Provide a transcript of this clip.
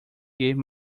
gave